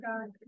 God